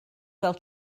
fel